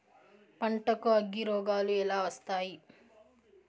పంటకు అగ్గిరోగాలు ఎలా వస్తాయి?